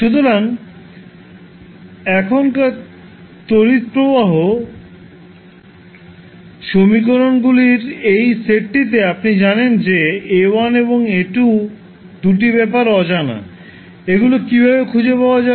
সুতরাং এখনকার তড়িৎ প্রবাহ সমীকরণগুলির এই সেটটিতে আপনি জানেন যে A1 এবং A2 2 টি ব্যপার অজানা এগুলো কীভাবে খুঁজে পাওয়া যাবে